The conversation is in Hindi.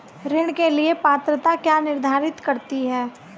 ऋण के लिए पात्रता क्या निर्धारित करती है?